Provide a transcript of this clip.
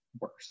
worse